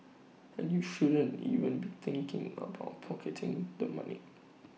and you shouldn't even be thinking about pocketing the money